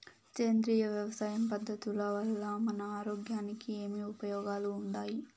సేంద్రియ వ్యవసాయం పద్ధతుల వల్ల మన ఆరోగ్యానికి ఏమి ఉపయోగాలు వుండాయి?